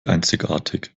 einzigartig